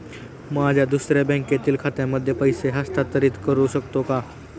माझ्या दुसऱ्या बँकेतील खात्यामध्ये पैसे हस्तांतरित करू शकतो का?